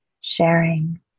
sharing